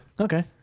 okay